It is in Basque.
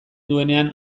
duenean